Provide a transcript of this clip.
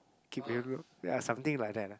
keep it low ya something like that ah